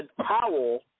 Powell